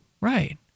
Right